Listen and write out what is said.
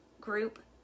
group